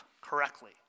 correctly